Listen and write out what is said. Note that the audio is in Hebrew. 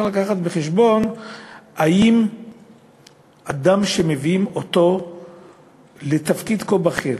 להביא בחשבון האם אדם שמביאים לתפקיד כה בכיר,